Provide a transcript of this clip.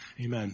Amen